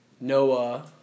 Noah